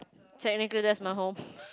technically that's my home